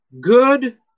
good